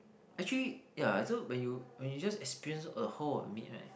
actually yeah so when you when you just experience a whole of meat right